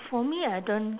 for me I don't